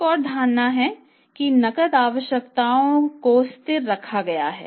एक और धारणा है कि नकद आवश्यकताओं को स्थिर रखा गया है